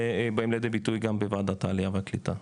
באים לידי ביטוי גם בוועדת העלייה והקליטה.